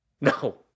No